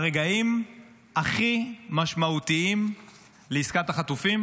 ברגעים הכי משמעותיים לעסקת החטופים